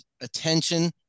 attention